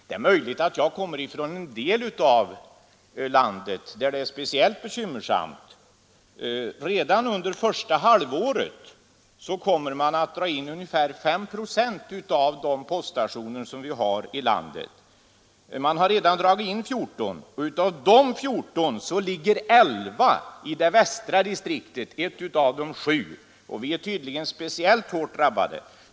Det är möjligt att det är speciellt bekymmersamt i den del av landet som jag kommer från. Redan under första halvåret skall man dra in ungefär 5 procent av de poststationer som vi har i landet. Man har redan dragit in 14, och av dem ligger 11 i det västra distriktet — ett av de sju distrikten. Vi är alltså tydligen speciellt hårt drabbade.